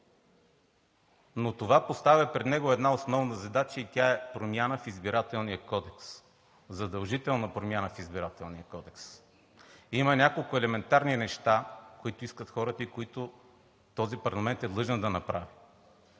Но това поставя пред него една основна задача и тя е: промяна в Избирателния кодекс, задължителна промяна в Избирателния кодекс. Има няколко елементарни неща, които хората искат, и които този парламент е длъжен да направи,